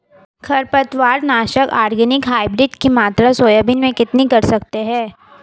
खरपतवार नाशक organic hybrid की मात्रा सोयाबीन में कितनी कर सकते हैं?